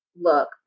look